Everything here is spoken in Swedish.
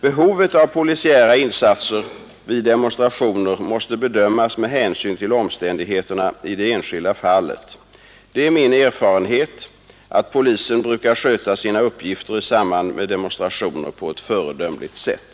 Behovet av polisiära insatser vid demonstrationer måste bedömas med hänsyn till omständigheterna i det enskilda fallet. Det är min erfarenhet att polisen brukar sköta sina uppgifter i samband med demonstrationer på ett föredömligt sätt.